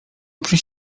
przez